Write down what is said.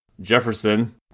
Jefferson